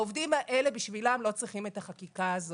בשביל העובדים האלה לא צריכים את החקיקה הזאת.